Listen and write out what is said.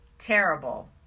terrible